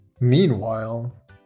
Meanwhile